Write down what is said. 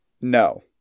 No